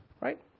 right